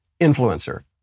influencer